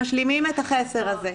הייתי שמחה אם משלימים את החסר הזה.